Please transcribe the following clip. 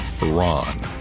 Iran